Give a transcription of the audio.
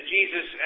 Jesus